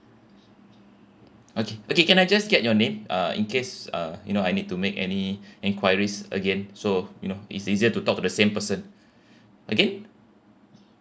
okay okay can I just get your name uh in case uh you know I need to make any enquiries again so you know it's easier to talk to the same person okay